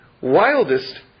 wildest